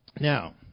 Now